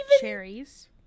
cherries